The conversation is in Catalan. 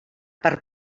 per